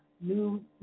new